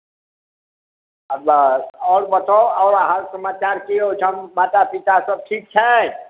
अच्छा आओर बताउ आओर अहाँकेँ समाचार की ओहिठाम माता पितासभ ठीक छथि